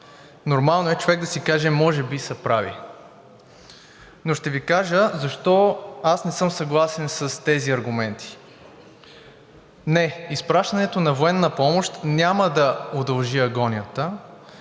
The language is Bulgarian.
Нормално е човек да си каже: „Може би са прави!“ Но ще Ви кажа защо аз не съм съгласен с тези аргументи. Не, изпращането на военна помощ няма да удължи агонията,